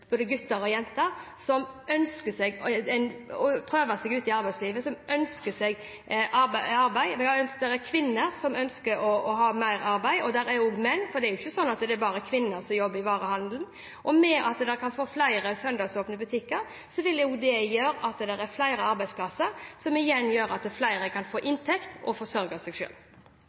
både gutter og jenter, som ønsker å prøve seg ute i arbeidslivet, som ønsker seg arbeid. Det er kvinner som ønsker å ha mer arbeid, men det er også menn, for det er ikke sånn at det bare er kvinner som jobber i varehandelen. Flere søndagsåpne butikker vil gjøre at det blir flere arbeidsplasser, som igjen gjør at flere kan få